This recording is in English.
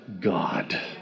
God